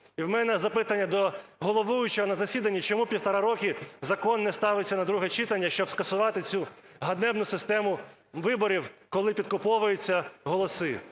І у мене запитання до головуючого на засіданні. Чому півтора роки закон не ставиться на друге читання, щоб скасувати цю ганебну систему виборів, коли підкуповуються голоси?